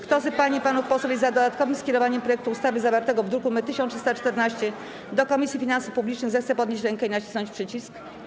Kto z pań i panów posłów jest za dodatkowym skierowaniem projektu ustawy zawartego w druku nr 1314 do Komisji Finansów Publicznych, zechce podnieść rękę i nacisnąć przycisk.